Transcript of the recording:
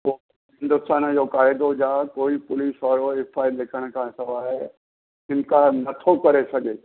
पोइ हिंदुस्तान जो क़ाइदो जा कोई बि पुलिस वारो एफ आई लिखण खां सवाइ इन्कार नथो करे सघे